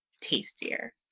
tastier